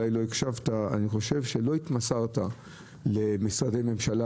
לא התמסרת למשרדי ממשלה,